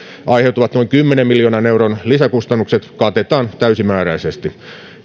aiheutuvat noin kymmenen miljoonan euron lisäkustannukset katetaan täysimääräisesti